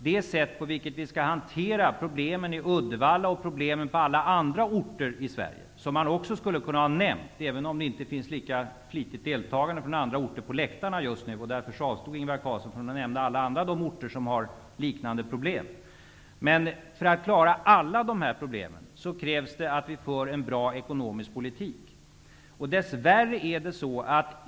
Det sätt på vilket vi skall hantera problemen i Uddevalla och problemen på alla andra orter i Sverige -- som också skulle kunna ha nämnts, även om det inte finns lika många deltagare från andra orter på åhörarläktaren just nu; det var väl därför som Ingvar Carlsson avstod från att nämna alla andra orter med liknande problem -- är att vi skall föra en bra ekonomisk politik.